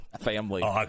family